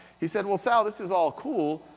he said well sal this is all cool,